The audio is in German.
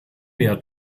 mehr